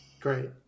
great